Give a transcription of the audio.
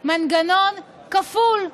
מנגנון כפול,